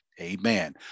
Amen